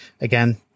Again